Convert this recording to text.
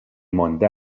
مانده